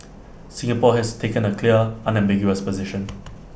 Singapore has taken A clear unambiguous position